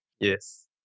Yes